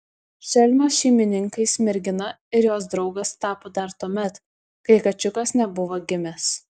šelmio šeimininkais mergina ir jos draugas tapo dar tuomet kai kačiukas nebuvo gimęs